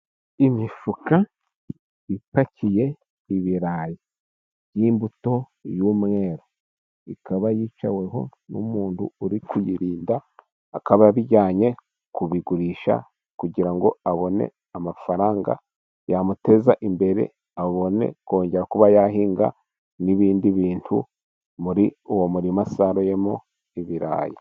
Imifuka ipakiye ibirayi by'imbuto y'umweru, ikaba yicaweho n'umuntu uri kuyirinda , akaba abijyanye kubigurisha kugira ngo abone amafaranga yamuteza imbere, abone kongera kuba yahinga n'ibindi bintu muri uwo murima asaruyemo ibirayi.